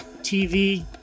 tv